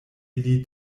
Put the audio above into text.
ili